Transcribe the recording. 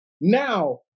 now